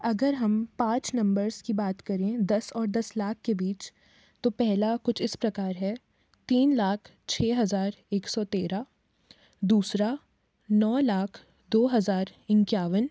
अगर हम पाँच नंबर्स की बात करें दस और दस लाख के बीच तो पहला कुछ इस प्रकार है तीन लाख छ हज़ार एक सौ तेरह दूसरा नौ लाख दो हज़ार इक्यावन